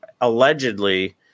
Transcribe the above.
Allegedly